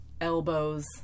elbows